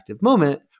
moment